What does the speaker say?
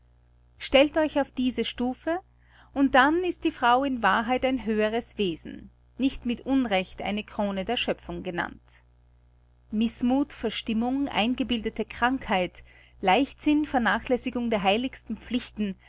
stellt euch auf diese stufe und dann ist die frau in wahrheit ein höheres wesen nicht mit unrecht eine krone der schöpfung genannt mißmuth verstimmung eingebildete krankheit leichtsinn vernachlässigung der heiligsten pflichten